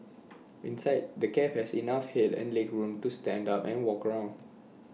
inside the cab has enough Head and legroom to stand up and walk around